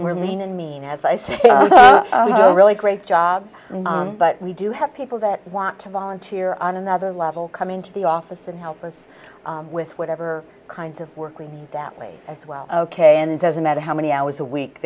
we're lean and mean as i say really great job but we do have people that want to volunteer on another level come into the office and help us with whatever kinds of work we need that way as well ok and it doesn't matter how many hours a week